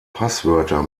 passwörter